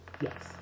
Yes